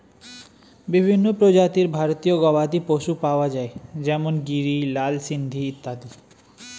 বিভিন্ন প্রজাতির ভারতীয় গবাদি পশু পাওয়া যায় যেমন গিরি, লাল সিন্ধি ইত্যাদি